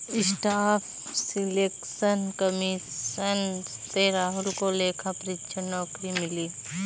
staff selection commission से राहुल को लेखा परीक्षक नौकरी मिली